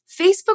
Facebook